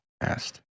asked